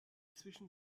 inzwischen